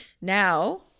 Now